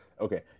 Okay